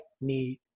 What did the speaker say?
need